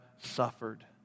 suffered